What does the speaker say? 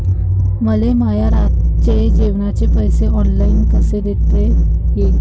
मले माया रातचे जेवाचे पैसे ऑनलाईन कसे देता येईन?